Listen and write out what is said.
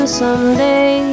someday